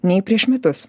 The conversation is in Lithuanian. nei prieš metus